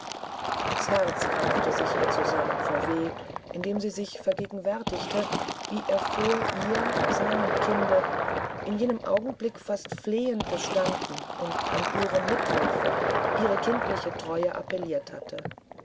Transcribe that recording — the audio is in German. das herz krampfte sich ihr zusammen vor weh indem sie sich vergegenwärtigte wie er vor ihr seinem kinde in jenem augenblick fast flehend gestanden und an ihre mithilfe ihre kindliche treue appelliert hatte